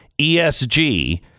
ESG